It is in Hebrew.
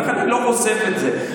ולכן אני לא חושף את זה.